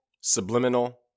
subliminal